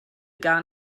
gar